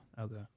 Okay